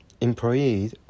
employee